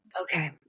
Okay